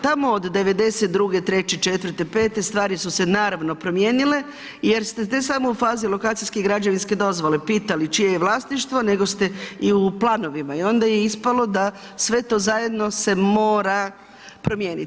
Tamo od '92, 3, 4, 5 stvari su se naravno promijenile, jer ste ne samo u fazi lekcijskih građevinske dozvole pitali čije je vlasništvo, nego ste i u planovima i onda je ispalo da sve to zajedno se mora promijeniti.